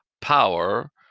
power